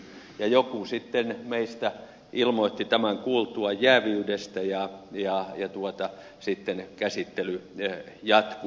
ja joku sitten meistä ilmoitti tämän kuultuaan jääviydestä ja sitten käsittely jatkui